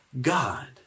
God